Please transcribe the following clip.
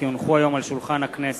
כי הונחו היום על שולחן הכנסת,